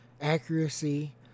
accuracy